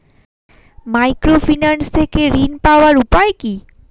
Microfinance থেকে ঋণ পাওয়ার উপায় কি?